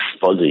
fuzzy